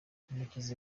murekezi